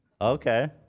Okay